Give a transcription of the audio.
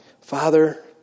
Father